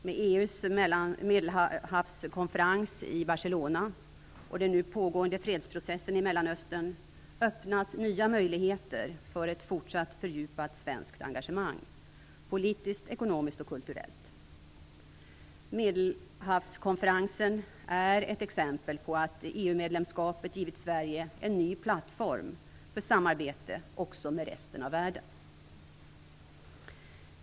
Med EU:s Medelhavskonferens i Barcelona och den nu pågående fredsprocessen i Mellanöstern öppnas nya möjligheter för ett fortsatt och fördjupat svenskt engagemang - politiskt, ekonomiskt och kulturellt. Medelhavskonferensen är ett exempel på att EU-medlemskapet givit Sverige en ny plattform för samarbete också med resten av världen.